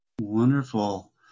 Wonderful